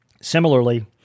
Similarly